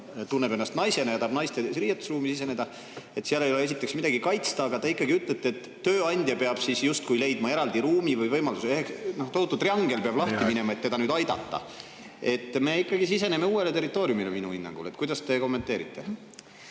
tunneb ennast naisena, ja tahab naiste riietusruumi siseneda, siis seal ei ole midagi kaitsta, aga te ikkagi ütlete, et tööandja peab justkui leidma eraldi ruumi või võimaluse. Tohutu triangel peab lahti minema, et teda aidata. Me siseneme uuele territooriumile minu hinnangul. Kuidas teie kommenteerite?